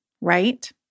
Right